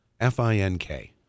F-I-N-K